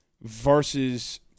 versus